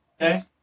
okay